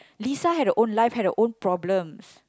Lisa had her own life had her own problems